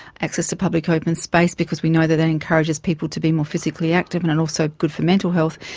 access to public open space because we know that that encourages people to be more physically active and it's and also good for mental health.